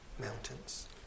mountains